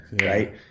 Right